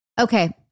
Okay